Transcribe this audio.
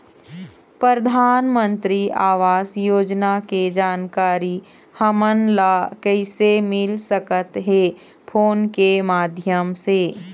परधानमंतरी आवास योजना के जानकारी हमन ला कइसे मिल सकत हे, फोन के माध्यम से?